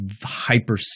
hyper